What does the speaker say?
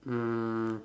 um